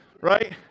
right